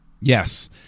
Yes